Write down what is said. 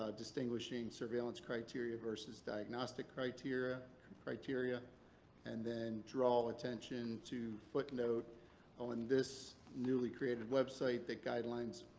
ah distinguishing surveillance criteria versus diagnostic criteria criteria and then draw attention to footnote on this newly created website that guidelines.